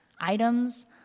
items